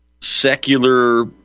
Secular